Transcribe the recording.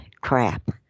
crap